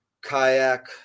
kayak